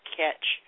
catch